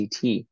CT